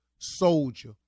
soldier